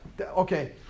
okay